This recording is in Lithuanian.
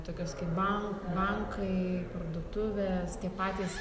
tokios kaip ban bankai parduotuves tie patys